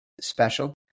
special